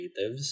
creatives